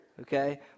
okay